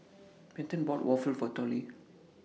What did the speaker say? Benton bought Waffle For Tollie